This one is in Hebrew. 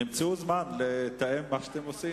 תמצאו זמן לתאם את מה שאתם עושים.